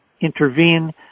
intervene